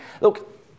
Look